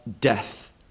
death